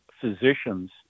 physicians